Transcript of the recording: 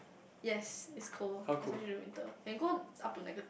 yes it's cold especially in the winter can go up to negative